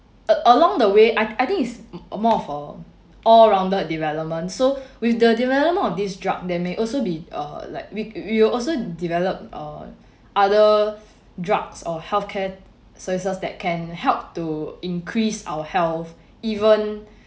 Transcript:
uh along the way I I think it's more of a all rounded development so with the development of this drug there may also be uh like we we will also develop uh other drugs or healthcare services that can help to increase our health even